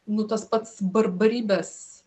nu tas pats barbarybės